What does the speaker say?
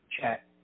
chat